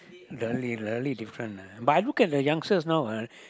really really different ah but I look at the youngster now ah